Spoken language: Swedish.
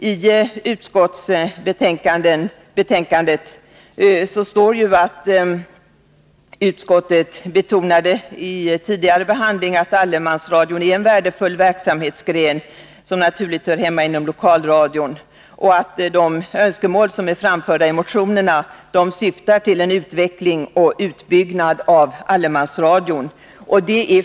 I utskottsbetänkandet står ju att utskottet redan tidigare har betonat att allemansradion är en värdefull verksamhetsgren, som naturligt hör hemma inom lokalradion, och att de önskemål som är framförda i motionerna syftar till en utveckling och utbyggnad av allemansradion.